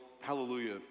hallelujah